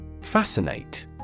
Fascinate